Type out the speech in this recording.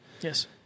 Yes